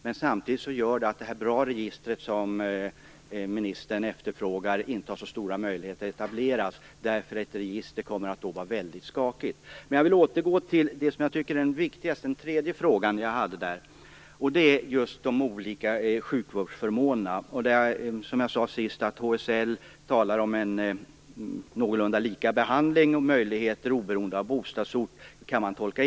Men samtidigt gör det att det bra registret, som ministern efterfrågar, inte har så stora möjligheter att etableras, eftersom ett register då kommer att vara väldigt skakigt. Jag vill återgå till det som jag tycker är viktigast, nämligen den tredje frågan om de olika sjukvårdsförmånerna. Som jag sade talar HSN om någorlunda lika behandling och möjligheter oberoende av bostadsort.